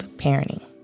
parenting